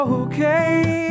okay